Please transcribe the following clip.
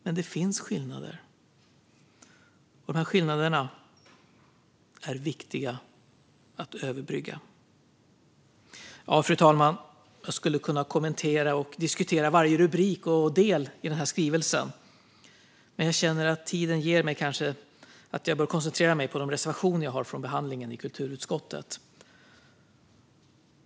Men det finns skillnader, och dessa skillnader är viktiga att överbrygga. Fru talman! Jag skulle kunna kommentera och diskutera varje rubrik och del i denna skrivelse, men jag känner att tiden gör att jag bör koncentrera mig på de reservationer jag har från behandlingen i kulturutskottet.